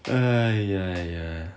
!aiya! ya